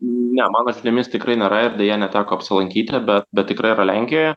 ne mano žiniomis tikrai nėra ir deja neteko apsilankyti be bet tikrai yra lenkijoje